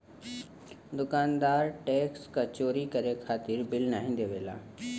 दुकानदार टैक्स क चोरी करे खातिर बिल नाहीं देवला